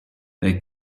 they